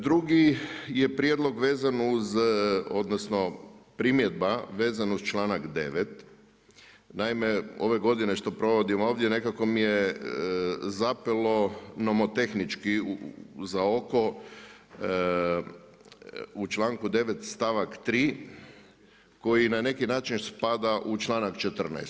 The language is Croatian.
Drugi je prijedlog vezano uz odnosno primjedba vezana uz članak 9. Naime ove godine što provodim ovdje nekako mi je zapelo nomotehnički za oko u članku 9. stavak 3 koji na neki način spada u članak 14.